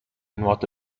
nuoto